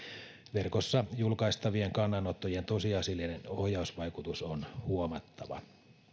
verkossa julkaistavien kannanottojen tosiasiallinen ohjausvaikutus on huomattava